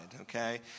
okay